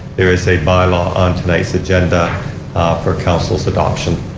there is a by-law on tonight's agenda for council's adoption.